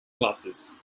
classes